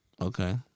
Okay